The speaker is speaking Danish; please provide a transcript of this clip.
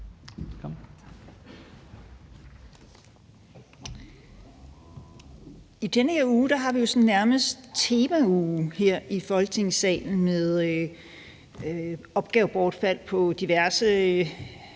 I denne uge har vi sådan nærmest temauge her i Folketingssalen med opgavebortfald på diverse